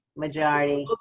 majority